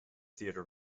theater